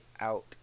out